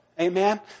amen